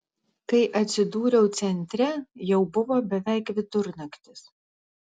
kai atsidūriau centre jau buvo beveik vidurnaktis